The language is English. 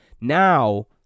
Now